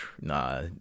nah